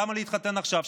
למה להתחתן עכשיו?